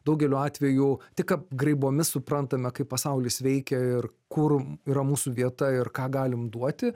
daugeliu atvejų tik apgraibomis suprantame kaip pasaulis veikia ir kur yra mūsų vieta ir ką galim duoti